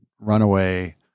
runaway